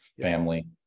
family